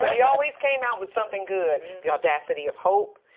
but he always came out with something good. the audacity of hope.